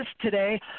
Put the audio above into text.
today